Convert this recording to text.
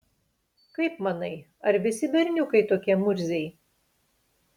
kaip manai ar visi berniukai tokie murziai